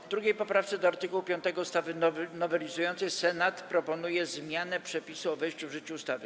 W 2. poprawce do art. 5 ustawy nowelizującej Senat proponuje zmianę przepisu o wejściu w życie ustawy.